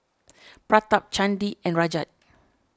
Pratap Chandi and Rajat